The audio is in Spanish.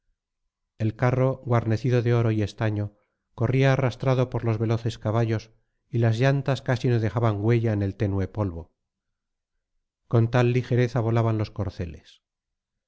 el carro guarnecido de oro y estaño corría arrastrado por los veloces caballos y las llantas casi no dejaban huella en el tenue polvo con tal ligereza volaban los corceles